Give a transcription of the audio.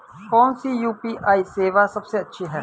कौन सी यू.पी.आई सेवा सबसे अच्छी है?